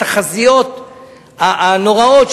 התחזיות הנוראות,